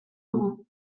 dugu